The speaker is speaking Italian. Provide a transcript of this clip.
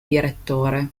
direttore